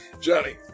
Johnny